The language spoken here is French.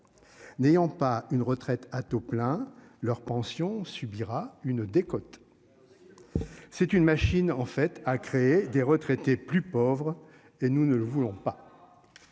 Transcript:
N'ayant pas une retraite à taux plein leur pension subira une décote. C'est une machine en fait à créer des retraités plus pauvres et nous ne le voulons pas.